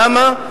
למה?